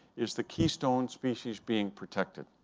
is the keystone species being protected.